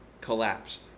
collapsed